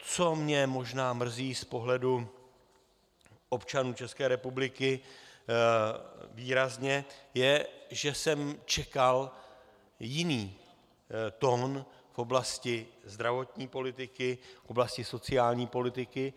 Co mě možná mrzí z pohledu občanů České republiky výrazně, je, že jsem čekal jiný tón v oblasti zdravotní politiky, v oblasti sociální politiky.